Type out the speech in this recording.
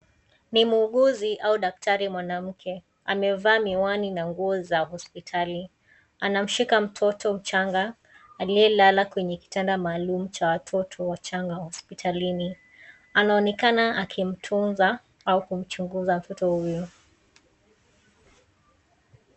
Ni muuguzi au daktari mwanamke, amevaa miwani na nguo za hospitali, anamshika mtoto mchanga aliyelala kwenye kitanda maalum cha watoto wachanga wa hospitalini, anaonekana akimtunza au kumchunguza mtoto huyo.